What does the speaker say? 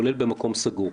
כולל במקום סגור?